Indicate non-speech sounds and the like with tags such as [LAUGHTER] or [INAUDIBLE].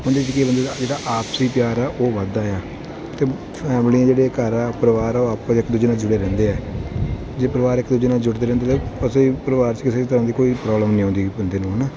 ਉਹਦੇ 'ਚ ਕੀ ਹੈ ਬੰਦੇ ਦਾ ਜਿਹੜਾ ਆਪਸੀ ਪਿਆਰ ਆ ਉਹ ਵੱਧਦਾ ਆ ਅਤੇ ਫੈਮਲੀਆਂ ਜਿਹੜੇ ਘਰ ਆ ਪਰਿਵਾਰ ਆ ਉਹ ਆਪਸ 'ਚ ਇੱਕ ਦੂਜੇ ਨਾਲ ਜੁੜੇ ਰਹਿੰਦੇ ਆ ਜੇ ਪਰਿਵਾਰ ਇੱਕ ਦੂਜੇ ਨਾਲ ਜੁੜਦੇ ਰਹਿੰਦੇ ਤਾਂ [UNINTELLIGIBLE] ਪਰਿਵਾਰ 'ਚ ਕਿਸੇ ਤਰ੍ਹਾਂ ਦੀ ਕੋਈ ਪ੍ਰੋਬਲਮ ਨਹੀਂ ਆਉਂਦੀ ਬੰਦੇ ਨੂੰ ਹੈ ਨਾ